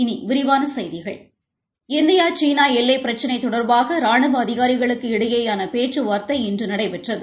இனி விரிவான செய்திகள் இந்தியா சீனா எல்லை பிரச்சினை தொடர்பாக ரானுவ அதிகாரிகளுக்கு இடையேயாள பேச்சுவார்த்தை இன்று நடைபெற்றது